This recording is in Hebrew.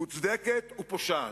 מוצדקת ופושעת.